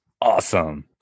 awesome